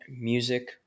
music